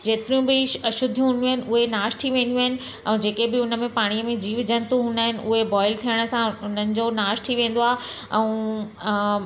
जेतिरियूं बि अशुद्धियूं हूंदियूं आहिनि उहे नाश थी वेंनियूं आहिनि ऐं जेके बि उन में पाणीअ में जीव जंतु हूंदा आहिनि उहे बॉइल थियण सां उन्हनि जो नाश थी वेंदो आहे ऐं